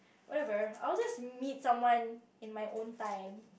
whatever I will just meet someone in my own time